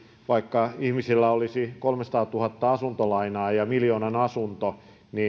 vaikka ihmisellä olisi kolmesataatuhatta asuntolainaa ja miljoonan asunto